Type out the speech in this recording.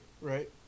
Right